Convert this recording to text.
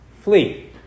flee